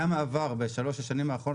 היה מעבר בארבע השנים האחרונות,